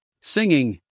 singing